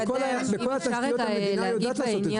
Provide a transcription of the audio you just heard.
בכל התשתיות המדינה יודעת לעשות את זה.